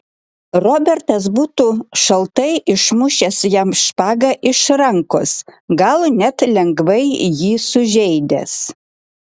robertas būtų šaltai išmušęs jam špagą iš rankos gal net lengvai jį sužeidęs